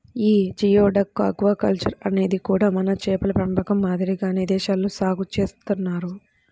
యీ geoduck aquaculture అనేది కూడా మన చేపల పెంపకం మాదిరిగానే విదేశాల్లో సాగు చేత్తన్నారు